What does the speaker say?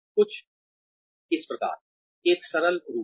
कुछ इस प्रकार एक सरल रूप में